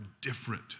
different